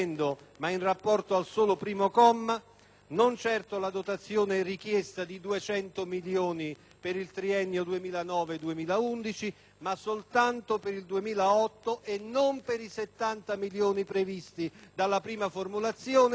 in merito alla dotazione richiesta di 200 milioni di euro per il triennio 2009-2011, ma soltanto per il 2008 e non per i 70 milioni di euro previsti dalla prima formulazione, ma per 65 milioni di euro.